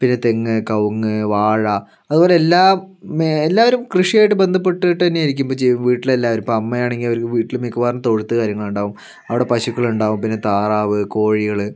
പിന്നെ തെങ്ങ് കവുങ്ങ് വാഴ അതുപോലെ എല്ലാ എല്ലാവരും കൃഷിയുമായിട്ട് ബന്ധപ്പെട്ടിട്ട് തന്നെയായിരിക്കും ഇപ്പം വീട്ടിൽ എല്ലാവരും ഇപ്പം അമ്മയാണെങ്കിൽ അവർക്ക് വീട്ടിൽ മിക്കവാറും തൊഴുത്ത് കാര്യങ്ങൾ ഉണ്ടാവും അവിടെ പശുക്കൾ ഉണ്ടാവും പിന്നെ താറാവ് കോഴികൾ